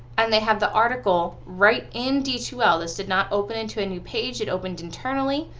and they have the article right in d two l this did not open into a new page, it opened internally.